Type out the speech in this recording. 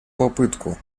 попытку